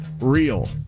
real